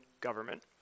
government